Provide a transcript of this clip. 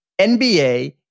NBA